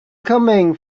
coming